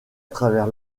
travers